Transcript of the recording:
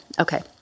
Okay